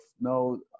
no